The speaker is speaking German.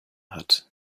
hat